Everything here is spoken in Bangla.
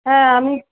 হ্যাঁ আমি